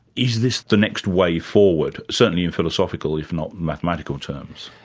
is this the next way forward, certainly in philosophical if not mathematical terms.